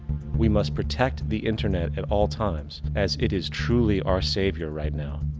we must protect the internet at all times, as it is truly our savior right now.